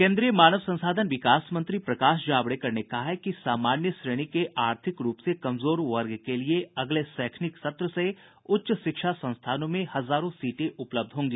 केन्द्रीय मानव संसाधन विकास मंत्री प्रकाश जावड़ेकर ने कहा है कि सामान्य श्रेणी के आर्थिक रूप से कमजोर वर्ग के लिये अगले शैक्षणिक सत्र से उच्च शिक्षा संस्थानों में हजारों सीटें उपलब्ध होंगी